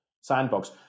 sandbox